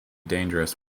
dangerous